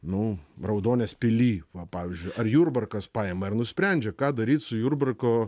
nu raudonės pily va pavyzdžiui ar jurbarkas paima ir nusprendžia ką daryt su jurbarko